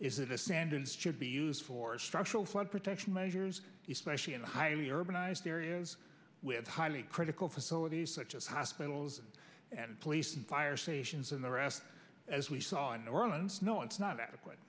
is it a standards should be used for structural flood protection measures specially in the highly urbanized areas with highly critical facilities such as hospitals and police and fire stations and the rest as we saw in new orleans no it's not adequate